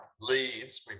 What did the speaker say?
leads